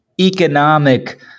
economic